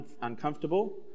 uncomfortable